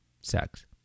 Sex